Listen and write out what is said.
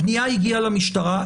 הפנייה היגיע למשטרה.